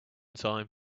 time